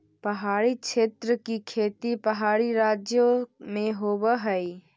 पहाड़ी क्षेत्र की खेती पहाड़ी राज्यों में होवअ हई